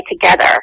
together